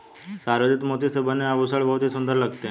संवर्धित मोती से बने आभूषण बहुत ही सुंदर लगते हैं